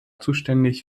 zuständig